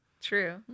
True